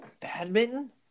Badminton